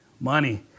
Money